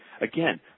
Again